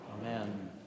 Amen